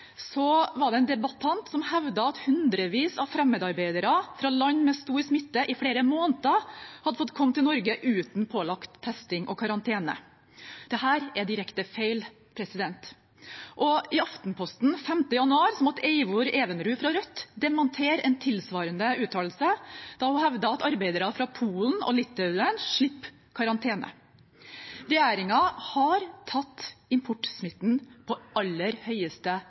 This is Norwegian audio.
var det en debattant som hevdet at hundrevis av fremmedarbeidere fra land med stor smitte i flere måneder hadde fått komme til Norge uten pålagt testing og karantene. Dette er direkte feil. Og i Aftenposten 5. januar måtte Eivor Evenrud fra Rødt dementere en tilsvarende uttalelse da hun hevdet at arbeidere fra Polen og Litauen slipper karantene. Regjeringen har tatt importsmitten på aller